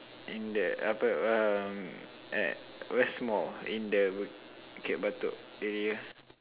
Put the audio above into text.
in the uh per um at West-Mall in the Bukit-Batok area